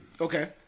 Okay